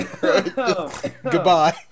Goodbye